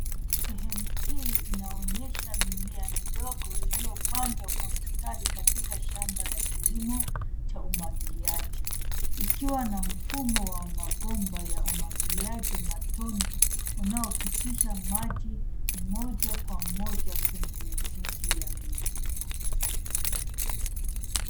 Sehemu hii inaonyesha mimea midogo iliyopandwa jwa mstari katika shamba la kilimo cha umwagiliaji. Ikiwa na mfumo wa mabomba ya umwagiliaji wa matone unaopitisha maji moja kwa moja kwenye mizizi ya mimea